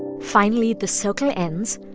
finally, the circle ends.